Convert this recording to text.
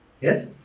Yes